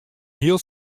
hiel